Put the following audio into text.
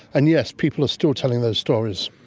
and yes people are still telling those stories.